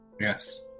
Yes